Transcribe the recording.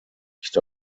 nicht